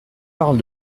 parle